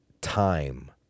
Time